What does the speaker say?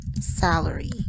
salary